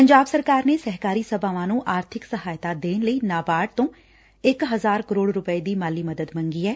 ਪੰਜਾਬ ਸਰਕਾਰ ਨੇ ਸਹਿਕਾਰੀ ਸਭਾਵਾਂ ਨੂੰ ਆਰਬਿਕ ਸਹਾਇਤਾ ਦੇਣ ਲਈ ਨਾਬਾਰਡ ਤੋਂ ਇਕ ਹਜ਼ਾਰ ਕਰੋੜ ਰੁਪੈ ਦੀ ਮਾਲੀ ਮਦਦ ਮੰਗੀ ਏ